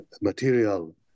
material